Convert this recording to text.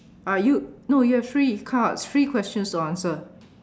uh you no you have three cards three questions to answer